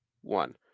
one